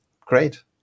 great